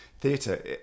Theatre